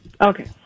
Okay